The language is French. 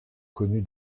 connu